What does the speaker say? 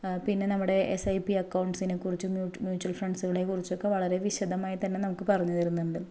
പിന്നെ നമ്മുടെ S I P അക്കൗണ്ട്സിനെക്കുറിച്ചും മ്യൂച്വൽ ഫണ്ട്സ്കളെ കുറിച്ചൊക്കെ വളരെ വിശദമായി തന്നെ നമുക്ക് പറഞ്ഞ് തരുന്നുണ്ട്